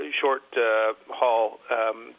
short-haul